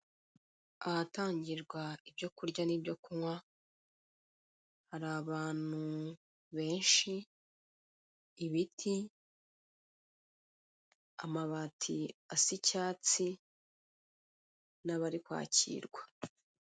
Ahatangirwa ibyo kurya n'ibyo kunywa, hari abantu benshi, ibiti, amabati asa icyatsi, n'abari kwakirwa.